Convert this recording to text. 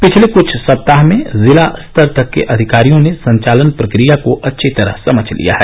पिछले कुछ सप्ताह में जिला स्तर तक अधिकारियों ने संचालन प्रक्रिया को अच्छी तरह समझ लिया है